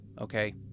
okay